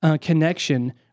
connection